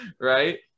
right